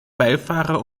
beifahrer